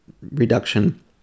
reduction